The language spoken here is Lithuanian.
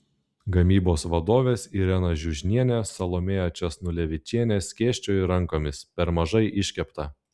gamybos vadovės irena žiužnienė salomėja česnulevičienė skėsčiojo rankomis per mažai iškepta